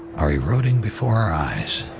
are eroding before our eyes.